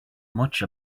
much